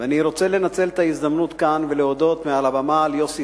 ואני רוצה לנצל את ההזדמנות כאן ולהודות מעל הבמה ליוסי